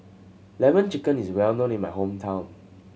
Lemon Chicken is well known in my hometown